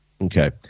Okay